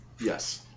Yes